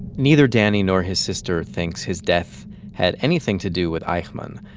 neither danny nor his sister thinks his death had anything to do with eichmann.